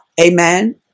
Amen